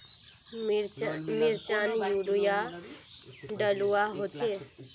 मिर्चान यूरिया डलुआ होचे?